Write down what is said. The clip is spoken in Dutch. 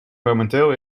momenteel